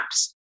apps